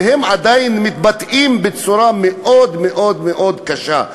והם עדיין מתבטאים בצורה מאוד מאוד קשה.